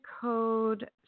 code